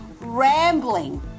rambling